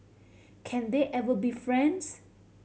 can they ever be friends